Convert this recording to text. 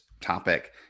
topic